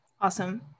awesome